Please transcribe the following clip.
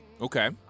Okay